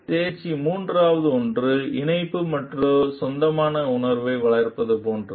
தேர்ச்சி மூன்றாவது ஒன்று இணைப்பு மற்றும் சொந்தமான உணர்வை வளர்ப்பது போன்றது